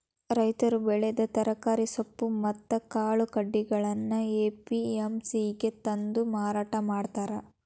ರೈತರು ಬೆಳೆದ ತರಕಾರಿ, ಸೊಪ್ಪು ಮತ್ತ್ ಕಾಳು ಕಡಿಗಳನ್ನ ಎ.ಪಿ.ಎಂ.ಸಿ ಗೆ ತಂದು ಮಾರಾಟ ಮಾಡ್ತಾರ